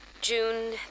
June